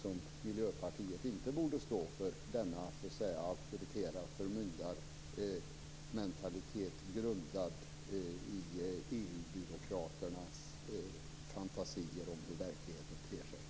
Miljöpartiet borde inte stå för en sådan auktoritär förmyndarmentalitet, grundad på EU-byråkraternas fantasier om hur verkligheten ter sig.